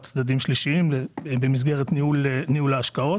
צדדים שלישיים במסגרת ניהול ההשקעות.